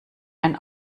ein